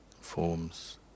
forms